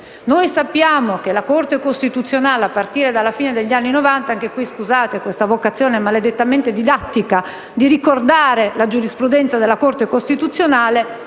Sappiamo che la Corte costituzionale, a partire dalla fine degli anni Novanta - anche in questo caso, perdonate la vocazione maledettamente didattica di ricordare la giurisdizione della Corte costituzionale